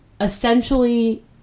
essentially